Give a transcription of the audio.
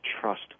trust